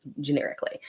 generically